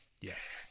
Yes